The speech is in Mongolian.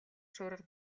шуурга